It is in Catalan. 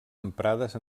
emprades